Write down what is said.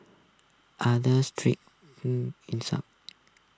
other street in some